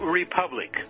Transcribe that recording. republic